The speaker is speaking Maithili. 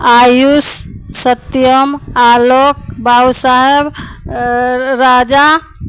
आयुष सत्यम आलोक बाबू साहब राजा